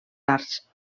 arts